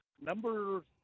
Number